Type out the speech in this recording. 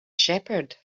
shepherd